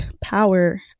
power